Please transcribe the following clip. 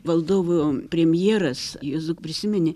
valdovų premjeras juozuk prisimeni